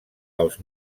pels